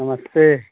नमस्ते